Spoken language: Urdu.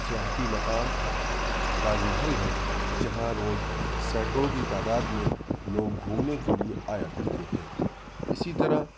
سیاحتی مقام تاج محل ہے جہاں روز سینکڑوں کی تعداد میں لوگ گھومنے کے لیے آیا کرتے ہیں اسی طرح